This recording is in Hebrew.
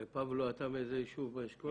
פבלו, מאיזה יישוב אתה באשכול?